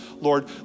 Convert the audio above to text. Lord